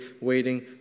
waiting